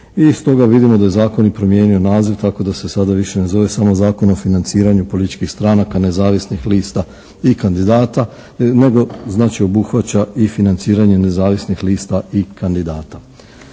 I stoga vidimo da je Zakon i promijenio naziv tako da se sada više ne zove samo Zakon o financiranju političkih stranaka, nezavisnih lista i kandidata nego znači obuhvaća i financiranje nezavisnih lista i kandidata.